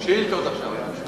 עכשיו שאילתות.